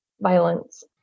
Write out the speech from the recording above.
violence